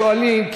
שואלים,